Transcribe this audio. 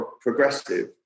progressive